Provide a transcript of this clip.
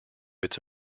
its